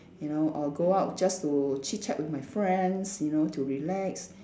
you know or go out just to chit-chat with my friends you know to relax